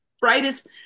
brightest